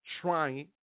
trying